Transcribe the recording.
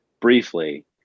briefly